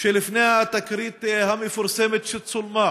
שלפני התקרית המפורסמת שצולמה,